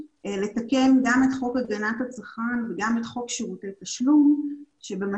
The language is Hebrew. לתקן גם את חוק הגנת הצרכן וגם את חוק שירותי תשלום שבמצב